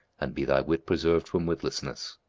and be thy wit preserved from witlessness!